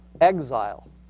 exile